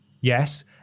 yes